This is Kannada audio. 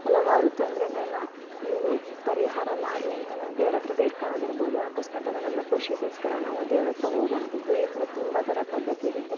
ಹಲವಾರು ತೊಂದರೆಗಳ್ನ ನೀನು ಪರಿಹಾರ ಮಾಡಲಿ ಅಂತ ನಾವು ದೇವ್ರ ಹತ್ರ ಬೇಡ್ಕೊಳ್ಳೋದು ಇರ್ಬೋದು ಅಕಸ್ಮಾತಾಗಿ ನಮ್ಮ ಖುಷಿಗೋಸ್ಕರ ನಾವು ದೇವ್ರ ಹತ್ರ ಹೋಗುವಂಥದ್ದು ಈ ಥರ ತುಂಬ ಥರ ಪದ್ಧತಿ ಇರುತ್ತೆ